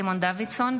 סימון דוידסון,